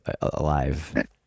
alive